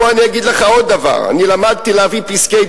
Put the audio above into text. בוא אני אגיד לך עוד דבר: למדתי להביא פסקי-דין,